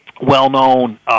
well-known